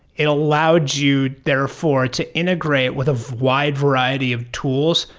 it allowed you therefore to integrate with a wide variety of tools,